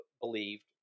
believed